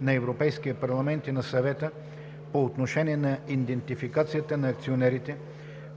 на Европейския парламент и на Съвета по отношение на идентификацията на акционерите,